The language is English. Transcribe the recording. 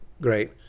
Great